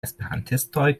esperantistoj